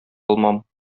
алмам